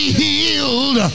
healed